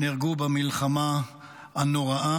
נהרגו במלחמה הנוראה